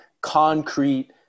concrete